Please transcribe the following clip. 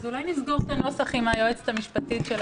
אולי נסגור את הנוסח עם היועצת המשפטית?